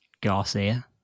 Garcia